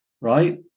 Right